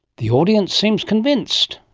the audience seems convinced.